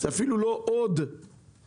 זה אפילו לא עוד אנשים,